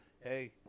Hey